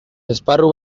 esparru